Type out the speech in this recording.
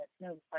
no